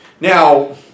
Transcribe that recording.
Now